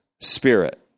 spirit